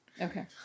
Okay